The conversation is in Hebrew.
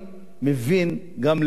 תודה, אדוני היושב-ראש.